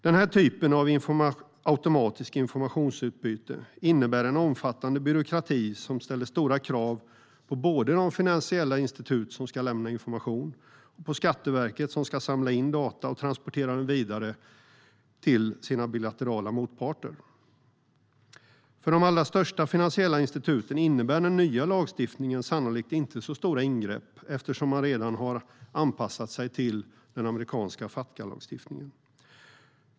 Den här typen av automatiskt informationsutbyte innebär en omfattande byråkrati som ställer stora krav på både de finansiella institut som ska lämna information och Skatteverket som ska samla in data och transportera dem vidare till sina bilaterala motparter. För de allra största finansiella instituten innebär den nya lagstiftningen sannolikt inte så stora ingrepp eftersom de redan har anpassat sig till den amerikanska Fatca-lagstiftningen.